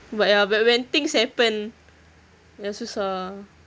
but ya but when things happen dah susah